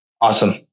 Awesome